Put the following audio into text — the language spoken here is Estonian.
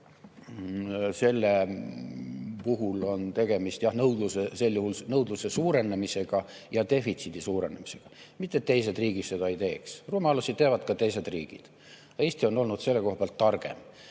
sel juhul on tegemist jah nõudluse suurenemisega ja defitsiidi suurenemisega. Mitte et teised riigid seda ei teeks. Rumalusi teevad ka teised riigid. Eesti on olnud selle koha pealt targem.